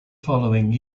following